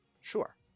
Sure